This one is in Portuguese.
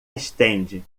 estende